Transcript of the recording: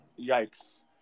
yikes